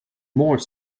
more